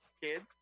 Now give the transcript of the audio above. Kids